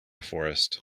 forest